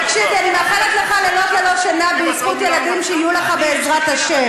תלמדו את החומר.